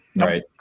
right